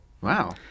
Wow